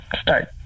start